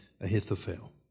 Ahithophel